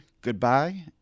Goodbye